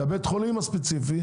לבית החולים הספציפי.